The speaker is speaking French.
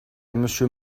monsieur